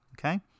Okay